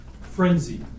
frenzy